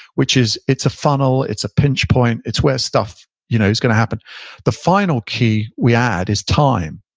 which is it's a funnel, it's a pinch point, it's where stuff you know is going to happen the final key we add is time,